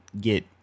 get